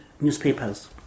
newspapers